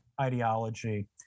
ideology